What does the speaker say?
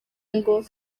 ngo